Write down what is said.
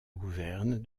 gouverne